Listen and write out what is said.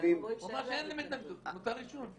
נוספים --- הם אומרים שאין להם התנגדות שיהיה כתוב "מוצר עישון".